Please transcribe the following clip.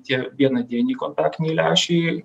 tie vienadieniai kontaktiniai lęšiai